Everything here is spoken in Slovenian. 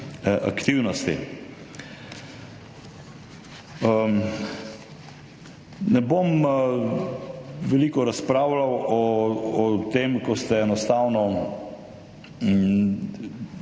aktivnosti. Ne bom veliko razpravljal o tem, da ste enostavno,